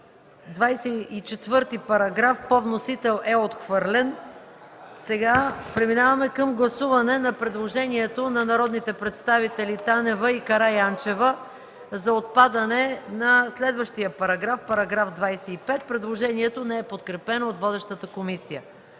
2. Параграф 24 по вносител е отхвърлен. Сега преминаваме към гласуване на предложението на народните представители Танева и Караянчева за отпадане на следващия параграф –§ 25. Предложението не е подкрепено от водещата комисия.